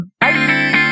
Bye